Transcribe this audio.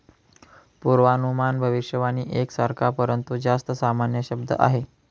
पूर्वानुमान भविष्यवाणी एक सारखा, परंतु जास्त सामान्य शब्द आहे